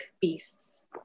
Beasts